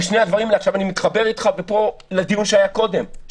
ועכשיו אני מתחבר לדיון שהיה קודם,